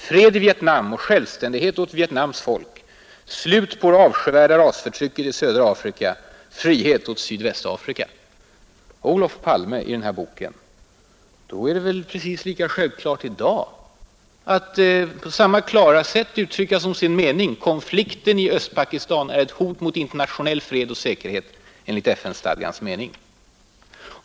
Fred i Vietnam och självständighet åt Vietnams folk. Slut på det avskyvärda rasförtrycket i södra Afrika. Frihet åt Sydvästafrika.” Det var Olof Palmes ord, Det är väl precis lika självklart i dag att på samma klara sätt uttrycka som sin mening att konflikten i Östpakistan är ett hot mot internationell fred och säkerhet i FN-stadgans mening.